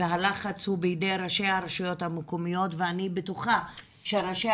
שהלחץ הוא בידי ראש הרשויות המקומיות ואני בטוחה שראשי